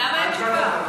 למה אין תשובה?